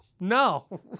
No